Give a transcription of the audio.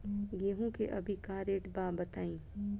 गेहूं के अभी का रेट बा बताई?